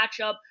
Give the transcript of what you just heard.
matchup